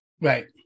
Right